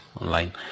online